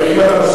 אם אתה מוכן,